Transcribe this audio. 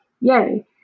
yay